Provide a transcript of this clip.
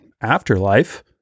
afterlife